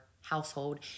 household